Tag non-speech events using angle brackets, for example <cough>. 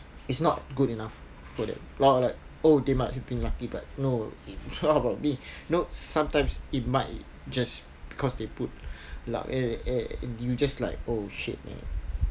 it's not good enough for that or like oh they might have been lucky but no <laughs> what about me no sometimes it might just because they put like eh eh eh you just like oh shit man